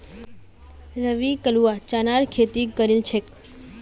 रवि कलवा चनार खेती करील छेक